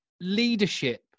leadership